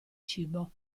cibo